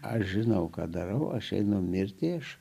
aš žinau ką darau aš einu mirti aš